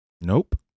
nope